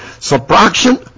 subtraction